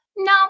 No